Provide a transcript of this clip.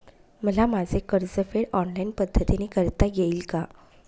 मला माझे कर्जफेड ऑनलाइन पद्धतीने करता येईल का?